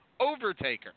Overtaker